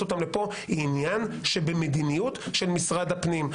אותם לפה היא עניין שבמדיניות של משרד הפנים.